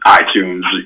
iTunes